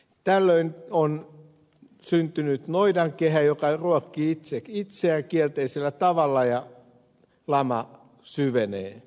tällöin on syntynyt noidankehä joka ruokkii itse itseään kielteisellä tavalla ja lama syvenee